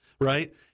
right